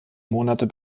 monate